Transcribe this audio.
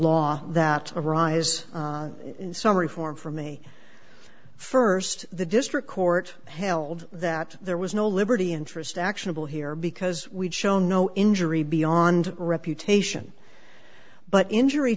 law that arise in summary form for me first the district court held that there was no liberty interest actionable here because we've shown no injury beyond reputation but injury